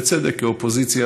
כי האופוזיציה,